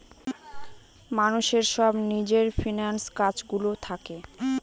মানুষের সব নিজের ফিন্যান্স কাজ গুলো থাকে